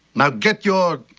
now get your.